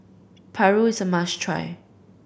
paru is a must try